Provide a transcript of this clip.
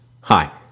Hi